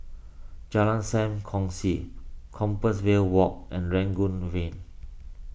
Jalan Sam Kongsi Compassvale Walk and Rangoon Lane